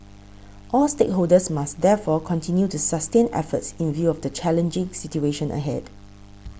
all stakeholders must therefore continue to sustain efforts in view of the challenging situation ahead